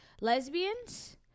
lesbians